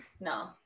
No